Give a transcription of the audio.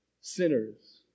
sinners